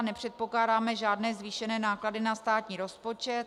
Nepředpokládáme žádné zvýšené náklady na státní rozpočet.